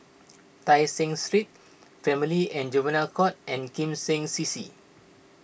Tai Seng Street Family and Juvenile Court and Kim Seng C C